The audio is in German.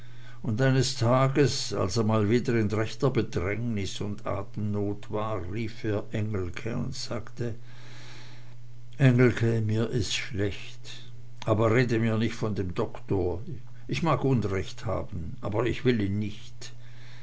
und eines tages als er mal wieder in rechter bedrängnis und atemnot war rief er engelke und sagte engelke mir is schlecht aber rede mir nich von dem doktor ich mag unrecht haben aber ich will ihn nicht